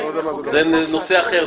זה נושא אחר.